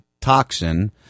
toxin